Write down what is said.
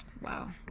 Wow